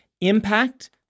impact